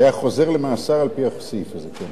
הוא היה חוזר למאסר על-פי הסעיף הזה.